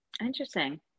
interesting